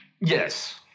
yes